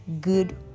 good